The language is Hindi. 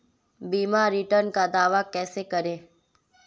बीमा रिटर्न का दावा कैसे करें?